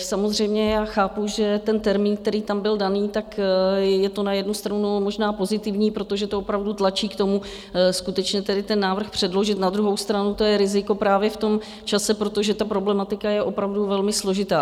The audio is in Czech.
Samozřejmě chápu, že termín, který tam byl dán, je to na jednu stranu možná pozitivní, protože to opravdu tlačí k tomu, skutečně tedy ten návrh předložit, na druhou stranu to je riziko právě v tom čase, protože problematika je opravdu velmi složitá.